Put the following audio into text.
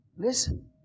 Listen